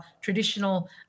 traditional